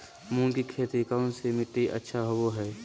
मूंग की खेती कौन सी मिट्टी अच्छा होबो हाय?